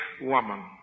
woman